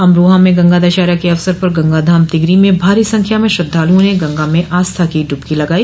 अमरोहा में गंगा दशहरा के अवसर पर गंगा धाम तिगरी में भारी संख्या में श्रद्धालुओं ने गंगा में आस्था की ड़बकी लगाई